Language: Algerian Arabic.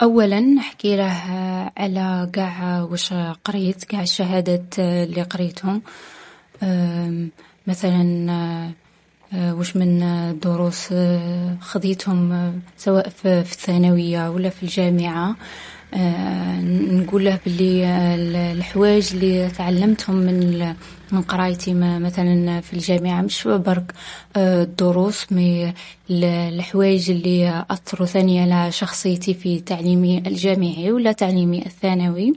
أوّلا، نحكيله على قاع واش قريت، قاع الشهادات لي قريتهم. مثلا واش من دروس خذيتهم سواء في في الثانوية و لا في الجامعة، و نقوله بلي الحوايج لي تعلمتهم من قرايتي، مثلا في الجامعة ماشي برك الدروس الحوايج لي أثرو ثاني على شخصيتي في تعليمي الجامعي ولا تعليمي الثانوي.